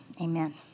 amen